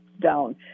down